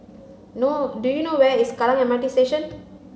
no do you know where is Kallang M R T Station